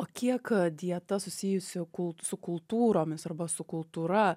o kiek dieta susijusi kult su kultūromis arba su kultūra